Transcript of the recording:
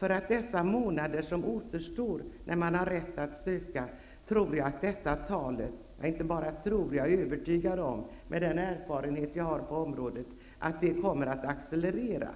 Under de månader som återstår av den tid man har rätt att söka är jag övertygad om, med den erfarenhet jag har på området, att antalet ansökningar kommer att accelerera.